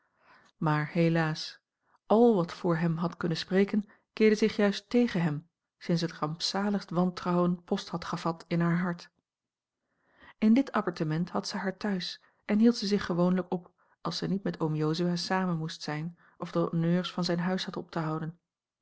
maar helaas al wat voor hem had kunnen spreken keerde zich juist tegen hem sinds het rampzaligst wantrouwen post had gevat in haar hart in dit appartement had zij haar thuis en hield zij zich gewoonlijk op als zij niet met oom jozua samen moest zijn of de honneurs van zijn huis had op te houden